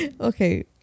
okay